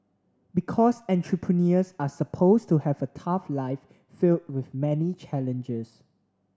because entrepreneurs are supposed to have a tough life filled with many challenges